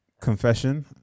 Confession